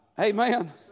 Amen